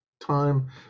time